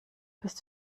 bist